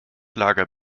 lager